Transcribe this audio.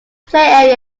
play